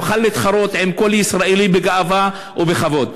שיוכל להתחרות עם כל ישראלי בגאווה ובכבוד?